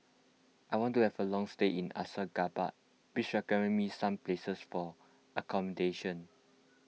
I want to have a long stay in Ashgabat please recommend me some places for accommodation